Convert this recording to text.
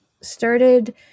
started